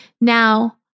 Now